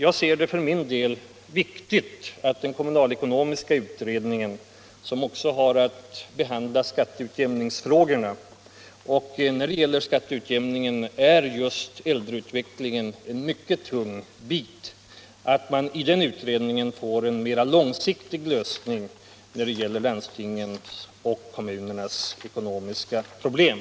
Därför är det viktigt att den kommunalekonomiska utredningen som också har att behandla skatteutjämningsfrågorna — och när det gäller skatteutjämningen är just äldreutvecklingen en mycket tung bit — söker utforma en mera långsiktig lösning av landstingens och kommunernas ekonomiska problem.